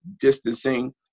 distancing